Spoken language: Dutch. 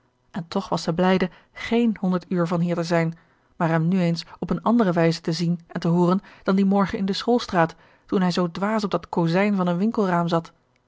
en toch was zij blijde geen honderd uur van hier te zijn maar hem nu eens op eene andere wijze te zien en te hooren dan dien morgen in de schoolstraat toen hij zoo dwaas op dat kozijn van een winkelraam zat